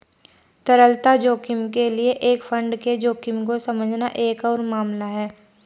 तरलता जोखिम के लिए एक फंड के जोखिम को समझना एक और मामला है